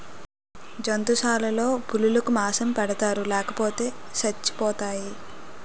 జంతుశాలలో పులులకు మాంసం పెడతారు లేపోతే సచ్చిపోతాయి